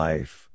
Life